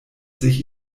sich